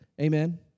Amen